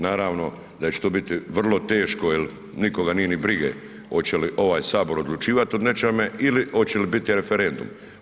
Naravno da će to biti vrlo teško jer nikoga nije ni briga hoće li ovaj Sabor odlučivati o nečemu ili hoće li biti referendum.